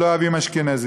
שלא אוהבים אשכנזים,